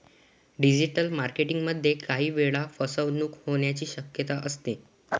digital marketing मध्ये काही वेळा फसवणूक होण्याची शक्यता असते